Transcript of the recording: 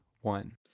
one